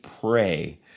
pray